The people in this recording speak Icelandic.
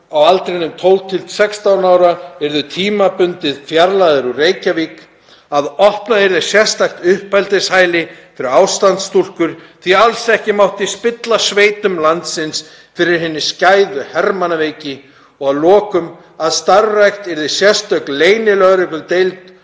á aldrinum 12–16 ára yrðu tímabundið fjarlægðar úr Reykjavík, að opnað yrði sérstakt uppeldishæli fyrir ástandsstúlkur því alls ekki mátti spilla sveitum landsins með hinni skæðu hermannaveiki og að lokum að starfrækt yrði sérstök leynilögregludeild